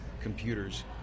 computers